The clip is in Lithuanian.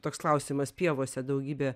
toks klausimas pievose daugybė